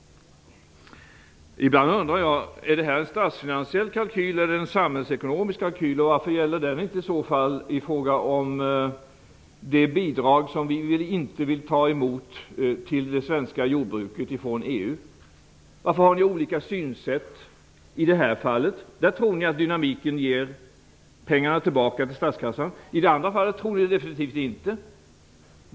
Ibland undrar jag: Är det en statsfinansiell kalkyl eller en samhällsekonomisk kalkyl? Varför gäller det inte i så fall i fråga om det bidrag som vi inte vill ta emot till det svenska jordbruket från EU? Varför har ni olika synsätt i det här fallet. Där tror ni att dynamiken ger pengarna tillbaka till statskassan. I det andra fallet tror ni det definitivt inte.